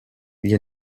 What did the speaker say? gli